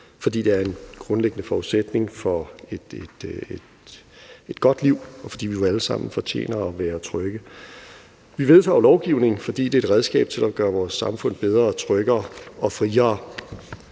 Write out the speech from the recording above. fordi det er en grundlæggende forudsætning for et godt liv, og fordi vi jo alle sammen fortjener at være trygge. Vi vedtager lovgivningen, fordi det er et redskab til at gøre vores samfund bedre og tryggere og friere.